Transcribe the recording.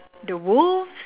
the wolves